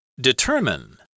Determine